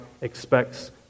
expects